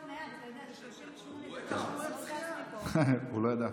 אנשי קואליציה.